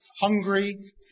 hungry